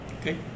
Okay